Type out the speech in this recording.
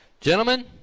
Gentlemen